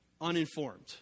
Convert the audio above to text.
uninformed